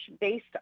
based